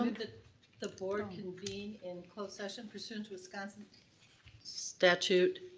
that the board convene in closed session pursuant to wisconsin statute,